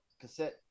cassette